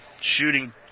shooting